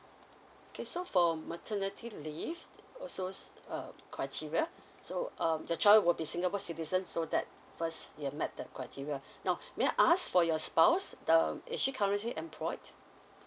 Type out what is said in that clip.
okay so for maternity leave also uh criteria so um the child would be singapore citizen so that first you've met that criteria now may I ask for your spouse um is she currently employed